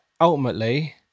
ultimately